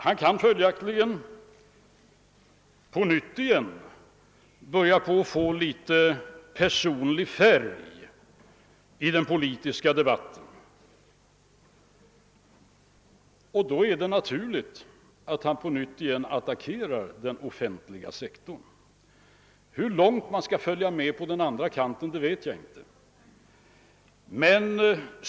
Han kan följaktligen på nytt börja få litet personlig färg i den politiska debatten. Då är det naturligt att han på nytt attackerar den offentliga sektorn. Hur långt man på den andra kanten tänker följa med vet jag inte.